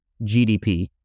GDP